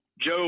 Joe